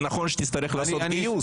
זה נכון שתצטרך לעשות גיוס,